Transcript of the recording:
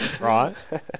right